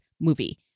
movie